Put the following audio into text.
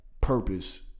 purpose